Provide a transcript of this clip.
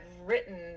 written